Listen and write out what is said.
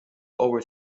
albert